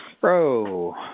Bro